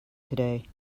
today